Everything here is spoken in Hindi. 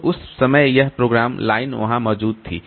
तो उस समय यह प्रोग्राम लाइन वहां मौजूद थी